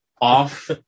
off